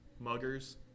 muggers